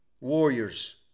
Warriors